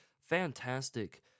fantastic